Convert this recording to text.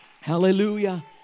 Hallelujah